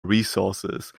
resources